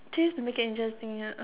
key to make it interesting ya